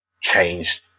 changed